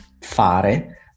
fare